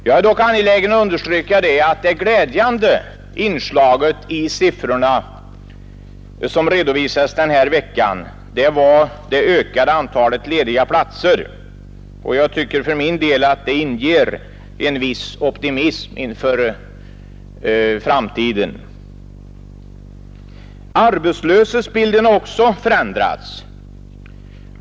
Jag är dock angelägen att understryka att det glädjande inslaget i siffrorna som redovisades denna vecka var det ökade antalet lediga platser. Jag tycker för min del att det inger en viss optimism inför framtiden. Arbetslöshetsbilden har också förändrats.